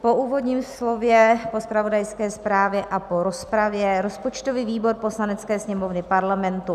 Po úvodním slově, po zpravodajské zprávě a po rozpravě rozpočtový výbor Poslanecké sněmovny Parlamentu